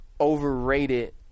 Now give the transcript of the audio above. overrated